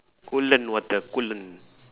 coolant water coolant